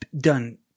done